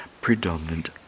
predominant